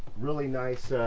really nice.